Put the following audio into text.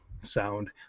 Sound